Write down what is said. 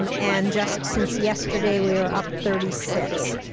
um and just since yesterday, we were up thirty six.